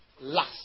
last